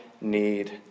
need